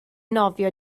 nofio